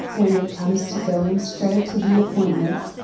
when it comes to going straight to the appointments,